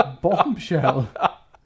bombshell